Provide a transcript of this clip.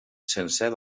sencer